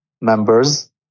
members